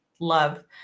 love